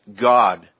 God